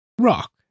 rock